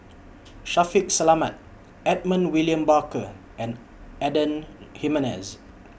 Shaffiq Selamat Edmund William Barker and Adan human as